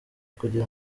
kugira